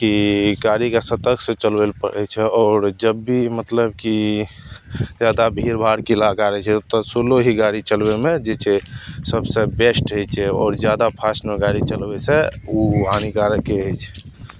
कि गाड़ीके सतर्कसे चलबै ले पड़ै छै आओर जब भी मतलब कि जादा भीड़भाड़के इलाका रहै छै ओतऽ स्लो ही गाड़ी चलबैमे जे छै सबसे बेस्ट होइ छै आओर जादा फास्टमे गाड़ी चलबैसे ओ हानिकारके होइ छै